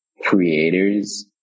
creators